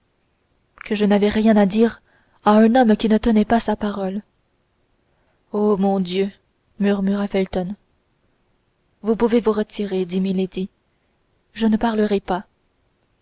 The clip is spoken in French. que je n'avais rien à dire à un homme qui ne tenait pas sa parole o mon dieu murmura felton vous pouvez vous retirer dit milady je ne parlerai pas